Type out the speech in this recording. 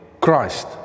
Christ